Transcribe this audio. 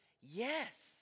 Yes